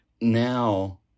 Now